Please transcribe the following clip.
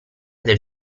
del